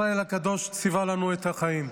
במותו ישראל הקדוש ציווה לנו את החיים.